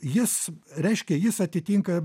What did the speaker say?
jis reiškia jis atitinka